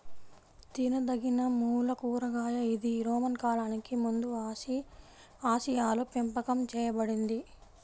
తినదగినమూల కూరగాయ ఇది రోమన్ కాలానికి ముందుఆసియాలోపెంపకం చేయబడింది